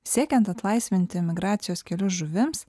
siekiant atlaisvinti migracijos kelius žuvims